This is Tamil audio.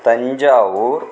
தஞ்சாவூர்